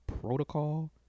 protocol